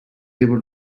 able